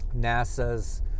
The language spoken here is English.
NASA's